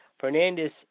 Fernandez